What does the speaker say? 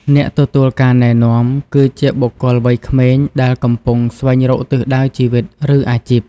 អ្នកទទួលការណែនាំ គឺជាបុគ្គលវ័យក្មេងដែលកំពុងស្វែងរកទិសដៅជីវិត ឬអាជីព។